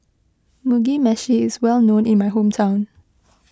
Mugi Meshi is well known in my hometown